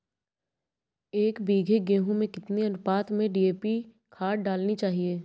एक बीघे गेहूँ में कितनी अनुपात में डी.ए.पी खाद डालनी चाहिए?